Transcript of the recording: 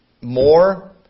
more